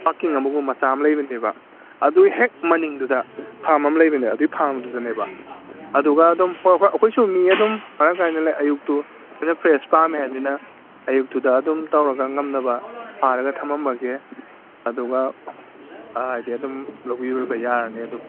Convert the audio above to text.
parking ꯑꯃꯒꯨꯝꯕ ꯃꯆꯥ ꯑꯃ ꯂꯩꯕꯅꯦꯕ ꯑꯗꯨꯒꯤ ꯍꯦꯛ ꯃꯅꯤꯡꯗꯨꯗ ꯐꯥꯝ ꯑꯃ ꯂꯩꯕꯅꯦ ꯑꯗꯨꯒꯤ ꯐꯥꯝꯗꯨꯗꯅꯦꯕ ꯑꯗꯨꯒ ꯑꯗꯨꯝ ꯑꯩꯈꯣꯏ ꯁꯣꯝ ꯃꯤ ꯑꯗꯨꯝ ꯃꯔꯥꯡ ꯀꯥꯏꯅ ꯂꯩ ꯑꯌꯨꯛꯇꯨ ꯈꯤꯇꯪ ꯐ꯭ꯔꯦꯁ ꯄꯥꯝꯃꯤ ꯍꯥꯏꯕꯅꯤꯅ ꯑꯌꯨꯛꯇꯨꯗ ꯑꯗꯨꯝ ꯇꯧꯔꯒ ꯉꯝꯅꯕ ꯐꯥꯔꯒ ꯊꯝꯂꯝꯃꯒꯦ ꯑꯗꯨꯒ ꯍꯥꯏꯗꯤ ꯑꯗꯨꯝ ꯂꯧꯕꯤꯔꯕ ꯌꯥꯔꯅꯤ ꯑꯗꯨꯝ